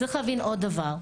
צריך להבין עוד דבר,